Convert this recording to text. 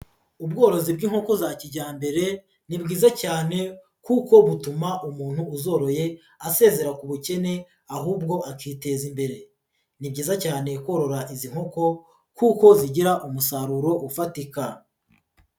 Ubworozi bw'inkoko za kijyambere, ni bwiza cyane kuko butuma umuntu uzoroye asezera ku bukene ahubwo akiteza imbere. Ni byiza cyane korora izi nkoko kuko zigira umusaruro ufatika.